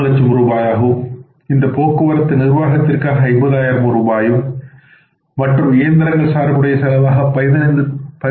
00 லட்சம் ரூபாயாகவும் இந்த போக்குவரத்து நிர்வாகத்திற்காக 50000 ரூபாயும் மற்றும் இயந்திரங்கள் சார்புடைய செலவாக 15